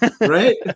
Right